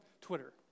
Twitter